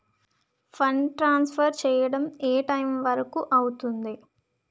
Fund transfer చేయడం ఏ time వరుకు అవుతుంది?